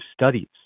studies